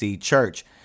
Church